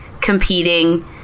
competing